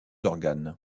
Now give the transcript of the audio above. organes